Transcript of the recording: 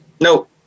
Nope